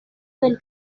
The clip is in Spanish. del